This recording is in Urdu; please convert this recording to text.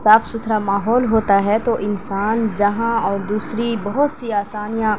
صاف ستھرا ماحول ہوتا ہے تو انسان جہاں اور دوسری بہت سی آسانیاں